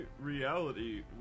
reality